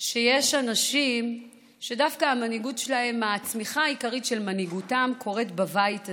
שיש אנשים שדווקא הצמיחה העיקרית של מנהיגותם קורית בבית הזה,